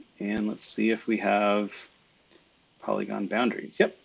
and let's see if we have probably gone boundaries. yep,